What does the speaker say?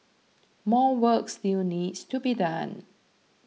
more work still needs to be done